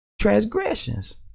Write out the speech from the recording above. transgressions